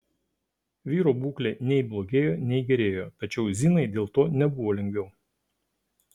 vyro būklė nei blogėjo nei gerėjo tačiau zinai dėl to nebuvo lengviau